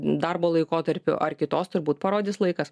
darbo laikotarpiu ar kitos turbūt parodys laikas